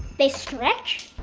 they stretch?